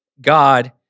God